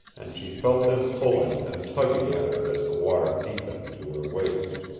and she felt them pulling and tugging at her as the water deepened to her waist.